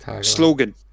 slogan